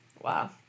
Wow